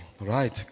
right